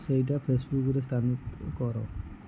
ସେଇଟା ଫେସବୁକରେ ସ୍ଥାନାନ୍ତର କର